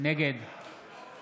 נגד